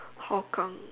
hougang